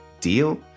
deal